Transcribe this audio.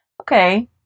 Okay